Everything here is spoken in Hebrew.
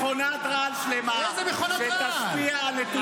זו מכונת רעל שלמה שתשפיע על נתוני הצפייה.